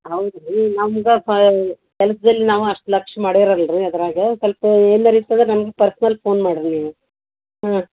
ಹೌದಾ ರೀ ನಮ್ಗೆ ಪಾ ಕೆಲ್ಸದಲ್ಲಿ ನಾವು ಅಷ್ಟು ಲಕ್ಷ್ಯ ಮಾಡೆ ಇರಲ್ಲ ರೀ ಅದ್ರಾಗೆ ಸ್ವಲ್ಪ ಏನಾರು ಇತ್ತಂದ್ರೆ ನಮ್ಮ ಪರ್ಸನಲ್ ಪೋನ್ ಮಾಡಿರಿ ನೀವು ಹಾಂ